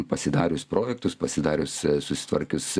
pasidarius projektus pasidarius susitvarkius